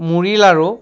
মুড়ি লাড়ু